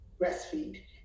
breastfeed